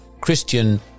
Christian